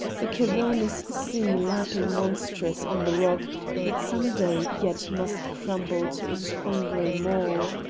the cavernous sea lapping monstrous on the rock that some day yet must crumble to its hungry maw.